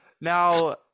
Now